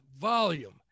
volume